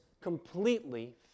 completely